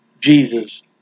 Jesus